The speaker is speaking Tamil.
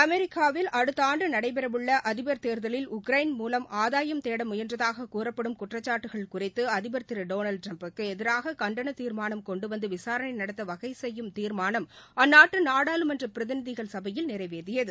அமெரிக்காவில் அடுத்த ஆண்டு நடைபெறவுள்ள அதிபர் தேர்தலில் உக்ரைன் மூவம் ஆதாயம் தேட முயன்றதாக கூறப்படும் குற்றக்காட்டுகள் குறித்து அதிபர் டொனால்டு டிரம்ப்புக்கு எதிராக கண்டன தீர்மானம் கொண்டுவந்து விசாரணை நடத்த வகை செப்யும் தீர்மானம் அந்நாட்டு நாடாளுமன்ற பிரதிநிதிகள் சபையில் நிறைவேறியது